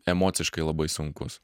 emociškai labai sunkus